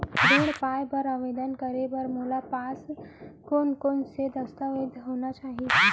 ऋण पाय बर आवेदन करे बर मोर पास कोन कोन से दस्तावेज होना चाही?